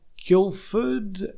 Guildford